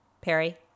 Perry